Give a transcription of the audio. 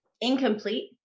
incomplete